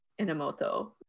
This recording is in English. Inamoto